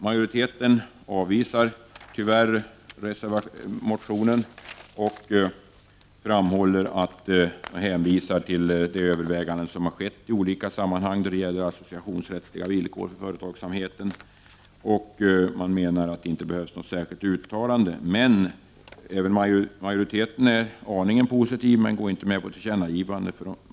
Majoriteten avvisar tyvärr motionen och hänvisar till de överväganden som har gjorts i olika sammanhang då det gäller associationsrättsliga villkor för företagsamheten. Man menar att det inte behövs något särskilt uttalande. Men även majoriteten är aningen positiv. Man går dock inte med på att göra något tillkännagivande.